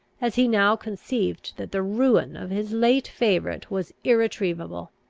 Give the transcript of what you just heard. as he now conceived that the ruin of his late favourite was irretrievable.